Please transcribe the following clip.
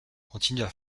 continuent